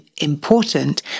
important